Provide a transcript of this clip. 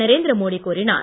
நரேந்திர மோடி கூறினார்